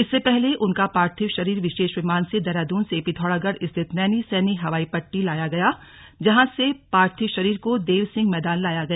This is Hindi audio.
इससे पहले उनका पार्थिव शरीर विशेष विमान से देहरादून से पिथौरागढ़ स्थित नैनी सैनी हवाई पट्टी लाया गया जहां से पार्थिव शरीर को देव सिंह मैदान लाया गया